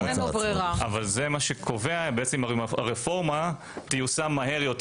זה מה שקובע אם הרפורמה תיושם מהר יותר